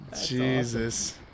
Jesus